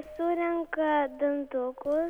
surenka dantukus